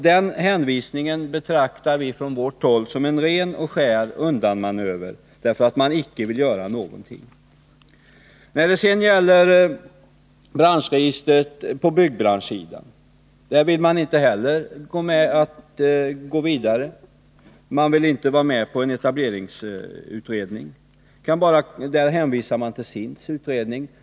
Den hänvisningen betraktar vi från vårt håll alltså som en ren och skär undanmanöver därför att man icke vill göra någonting. När det gäller branschregister på byggsidan vill man inte heller gå vidare. Man vill inte vara med på en etableringsutredning. Där hänvisar man till SIND:s utredning.